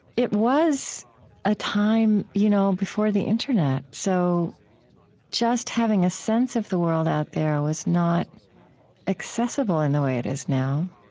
it was a time you know before the internet, so just having a sense of the world out there was not accessible in the way it is now.